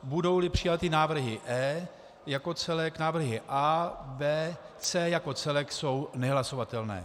Budouli přijaty návrhy E jako celek, návrhy A, B, C jako celek jsou nehlasovatelné.